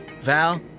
Val